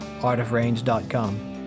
artofrange.com